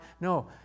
No